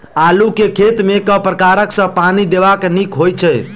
आलु केँ खेत मे केँ प्रकार सँ पानि देबाक नीक होइ छै?